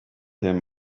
him